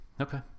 okay